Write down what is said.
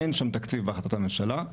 אין שם תקציב בהחלטות הממשלה.